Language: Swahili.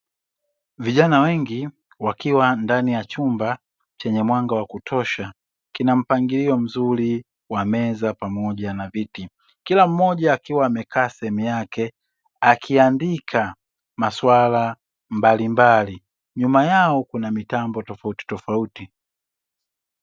Vijana wengi wakiwa ndani ya chumba chenye mwanga wa kutosha kina mpangilio mzuri wa meza pamoja na viti, kila mmoja akiwa amekaa sehemu yake akiandika masuala mbalimbali nyuma yao kuna mitambo tofautitofauti.